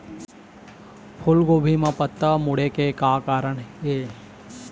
फूलगोभी म पत्ता मुड़े के का कारण ये?